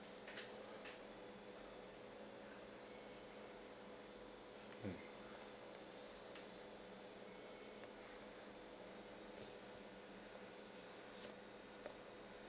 mm